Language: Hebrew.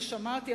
ושמעתי,